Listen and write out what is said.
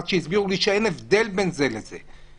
עד שהסבירו לי שאין הבדל בין זה לזה,